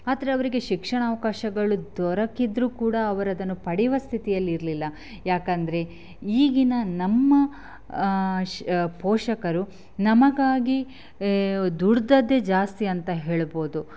ಆದರೆ ಅವರಿಗೆ ಶಿಕ್ಷಣ ಅವಕಾಶಗಳು ದೊರಕಿದ್ರೂ ಕೂಡ ಅವರದನ್ನು ಪಡೆಯುವ ಸ್ಥಿತಿಯಲ್ಲಿರಲಿಲ್ಲ ಯಾಕಂದರೆ ಈಗಿನ ನಮ್ಮ ಪೋಷಕರು ನಮಗಾಗಿ ದುಡಿದದ್ದೇ ಜಾಸ್ತಿ ಅಂತ ಹೇಳ್ಬೋದು